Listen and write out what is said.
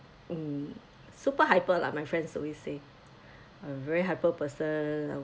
mm super hyper lah my friends always say a very hyper person I'll